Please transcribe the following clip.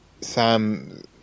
Sam